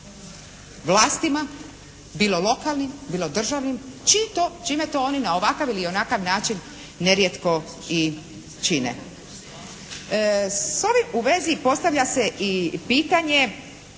Vlastima, bilo lokalnim, bilo državnim čime to oni na ovakav ili onakav način nerijetko i čine. S ovim u vezi postavlja se i pitanje